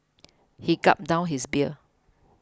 he gulped down his beer